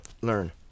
learn